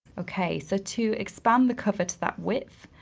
okay, so to expand the cover to that width,